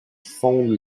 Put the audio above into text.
fonde